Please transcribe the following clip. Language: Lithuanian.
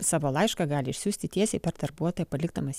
savo laišką gali išsiųsti tiesiai per darbuotoją palikdamas